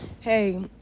hey